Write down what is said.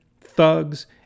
thugs